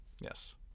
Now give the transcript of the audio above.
Yes